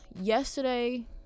yesterday